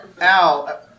Al